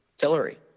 Hillary